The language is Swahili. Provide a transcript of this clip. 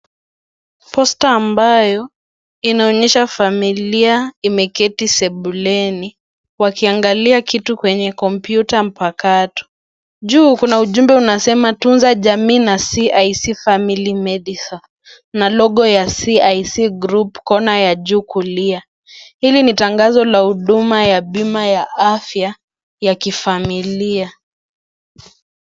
Posta ambayo inaonyesha familia imeketi sebuleni wakiangalia kitu kwenye kompyuta mpakato, juu kuna ujumbe unasema tunza jamii na CIC Family Medisure na logo ya CIC group kona ya juu kulia ili ni tangazo la huduma la bima ya afya ya kifamilia .